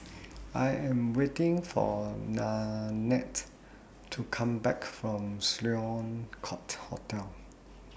I Am waiting For Nannette to Come Back from Sloane Court Hotel